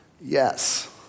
Yes